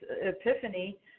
epiphany